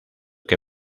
que